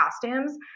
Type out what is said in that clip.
costumes –